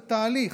זה תהליך,